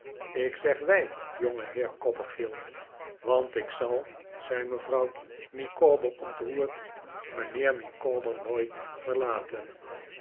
ik zeg wij jongeheer copperfield want ik zal zei mevrouw micawber ontroerd mijnheer micawber nooit verlaten